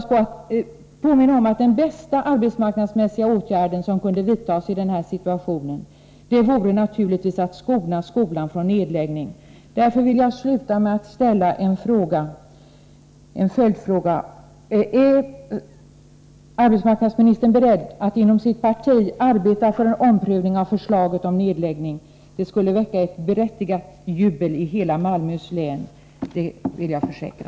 Men jag vill ändå erinra om att den bästa arbetsmarknadsmässiga åtgärd som kunde vidtas i den här situationen naturligtvis vore att skona skolan från nedläggning. Därför vill jag sluta med att ställa en följdfråga: Är arbetsmarknadsministern beredd att inom sitt parti arbeta för en omprövning av förslaget om nedläggning av tandläkarhögskolan? Ett positivt svar härvidlag skulle väcka berättigat jubel i hela Malmöhus län — det kan jag försäkra.